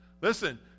Listen